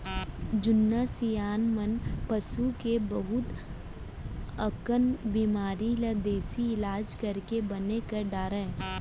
जुन्ना सियान मन पसू के बहुत अकन बेमारी ल देसी इलाज करके बने कर डारय